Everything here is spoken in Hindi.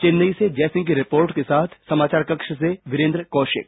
चेन्नई से जय सिंह की रिपोर्ट के साथ समाचार कक्ष से वीरेन्द्र कौशिक